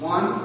One